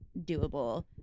doable